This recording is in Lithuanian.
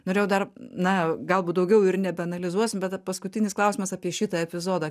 norėjau dar na galbūt daugiau ir nebeanalizuosim bet paskutinis klausimas apie šitą epizodą